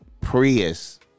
prius